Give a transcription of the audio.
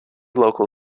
local